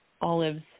Olive's